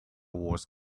wars